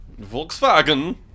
Volkswagen